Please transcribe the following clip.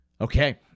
Okay